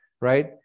right